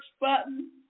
button